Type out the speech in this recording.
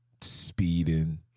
speeding